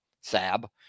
sab